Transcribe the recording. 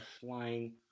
flying